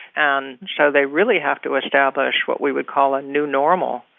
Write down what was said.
and so they really have to establish what we would call a new normal,